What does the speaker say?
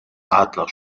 adler